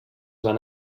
van